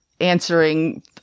answering